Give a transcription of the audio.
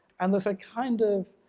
and there's a kind of